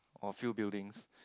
or few buildings